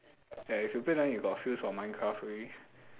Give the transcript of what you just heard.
ya if you play that one you got feels of minecraft ready